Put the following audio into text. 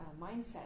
mindset